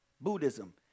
Buddhism